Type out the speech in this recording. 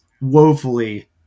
woefully